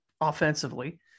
offensively